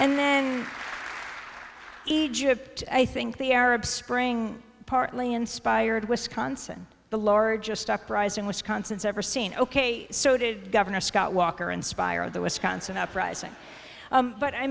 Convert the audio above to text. and then egypt i think the arab spring partly inspired wisconsin the largest uprising wisconsin's ever seen ok so did governor scott walker inspire the wisconsin uprising but i